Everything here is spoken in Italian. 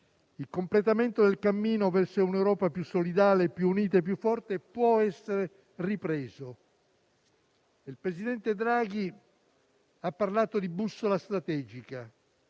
il completamento del cammino verso un'Europa più solidale, più unita, più forte può essere ripreso. Il presidente Draghi ha parlato di bussola strategica.